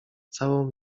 całą